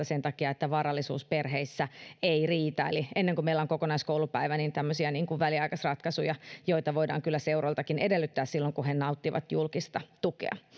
sen takia että varallisuus perheissä ei riitä eli ennen kuin meillä on kokonaiskoulupäivä niin tämmöisiä väliaikaisratkaisuja voidaan kyllä seuroiltakin edellyttää silloin kun he nauttivat julkista tukea